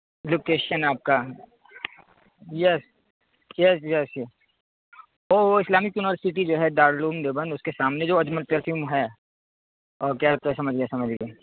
location آپ کا yes yes yes yes وہ اسلامک یونیورسٹی جو ہے دار العلوم دیوبند اس کے سامنے جو اجمل پرفیوم ہے اوکے اب تو سمجھ گیا سمجھ گیا